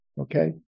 Okay